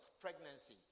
pregnancy